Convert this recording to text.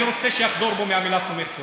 אני רוצה שיחזור בו מהמילה "תומך טרור".